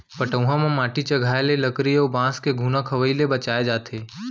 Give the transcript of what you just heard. पटउहां म माटी चघाए ले लकरी अउ बांस के घुना खवई ले बचाए जाथे